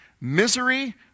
misery